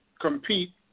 compete